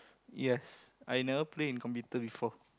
yes I never play in computer before